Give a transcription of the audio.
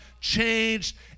changed